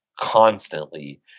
constantly